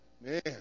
man